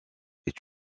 est